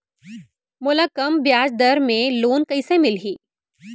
मोला कम ब्याजदर में लोन कइसे मिलही?